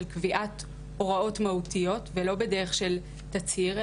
קביעת הוראות מהותיות ולא בדרך של תצהיר,